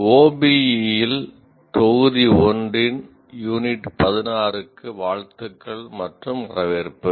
OBE இல் தொகுதி 1 இன் யூனிட் 16 க்கு வாழ்த்துக்கள் மற்றும் வரவேற்பு